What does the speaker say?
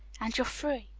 and you're free,